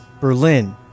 Berlin